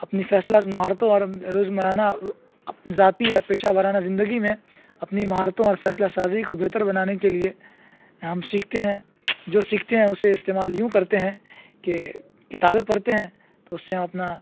اپنی فیصلہ مہارتوں اور روز مرانہ ذاتی اور پیشہ وارانہ زندگی میں اپنی مہارتوں اور فیصلہ سازی کو بہتر بنانے کے لیے ہم سیکھتے ہیں جو سیکھتے ہیں اسے استعمال یوں کرتے ہیں کہ کتابیں پڑھتے ہیں تو اس سے ہم اپنا